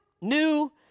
new